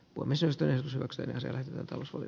huomisesta ja suksea sellaiselta osui